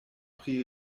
pri